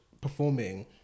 performing